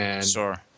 Sure